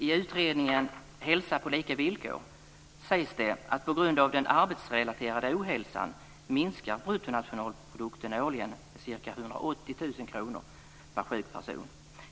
I utredningen Hälsa på lika villkor sägs det att på grund av den arbetsrelaterade ohälsan minskar bruttonationalprodukten årligen med ca 180 000 kr per sjuk person.